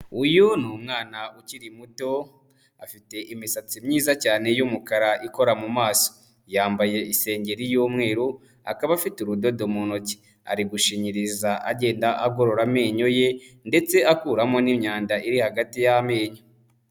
Uyu ni umwana ukiri muto afite imisatsi myiza cyane y'umukara ikora mu maso, yambaye isengeri y'umweru, akaba afite urudodo mu ntoki, ari gushinyiriza agenda agorora amenyo ye ndetse akuramo n'imyanda iri hagati y'amenyo.